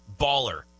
Baller